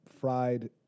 fried